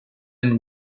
and